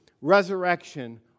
resurrection